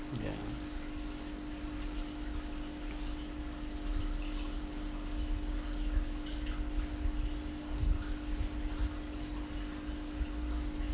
ya